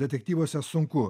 detektyvuose sunku